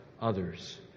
others